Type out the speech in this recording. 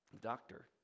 doctor